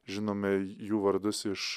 žinome jų vardus iš